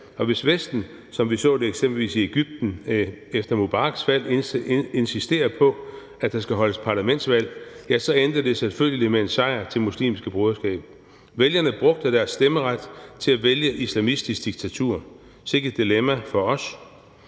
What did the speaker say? Hvis Vesten, som vi så det eksempelvis i Egypten efter Mubaraks fald, insisterer på, at der skal holdes parlamentsvalg, ja, så endte det selvfølgelig med en sejr til det muslimske broderskab. Vælgerne brugte deres stemmeret til at vælge islamistisk diktatur – sikke et dilemma for os.